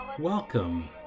Welcome